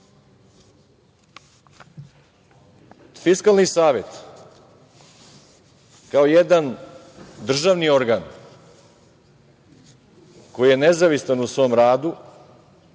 pronašao. Fiskalni savet, kao jedan državni organ, koji je nezavisan u svom radu,